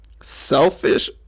selfish